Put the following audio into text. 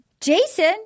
Jason